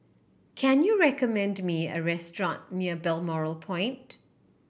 can you recommend me a restaurant near Balmoral Point